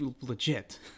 legit